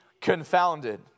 confounded